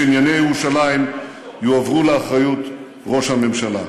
שענייני ירושלים יועברו לאחריות ראש הממשלה.